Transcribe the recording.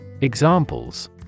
Examples